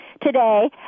today